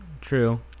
true